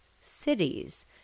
cities